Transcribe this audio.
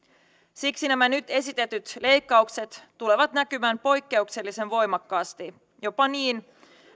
siksi nämä nyt esitetyt leikkaukset tulevat näkymään poikkeuksellisen voimakkaasti jopa niin